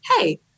hey